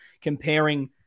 comparing